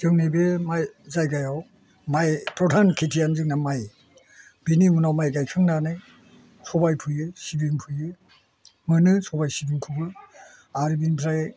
जोंनि बे माइ जायगायाव माइ प्रथान खेथिआनो जोंना माइ बिनि उनाव माइ गायखांनानै सबाय फोयो सिबिं फोयो मोनो सबाय सिबिंखौबो आरो बिनिफ्राय